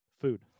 food